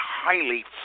highly